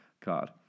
card